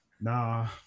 nah